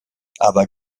aber